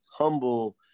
humble